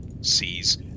sees